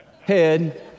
head